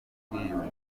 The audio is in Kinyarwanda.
ubwiyunge